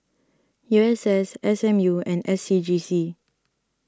U S S S M U and S C G C